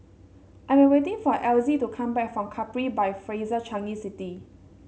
I am waiting for Elzie to come back from Capri by Fraser Changi City